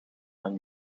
van